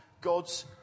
God's